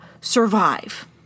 survive